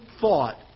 thought